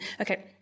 Okay